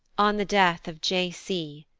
on the death of j. c.